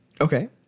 Okay